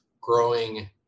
growing